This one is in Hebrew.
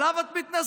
עליו את מתנשאת?